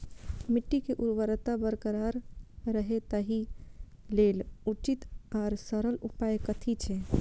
मिट्टी के उर्वरकता बरकरार रहे ताहि लेल उचित आर सरल उपाय कथी छे?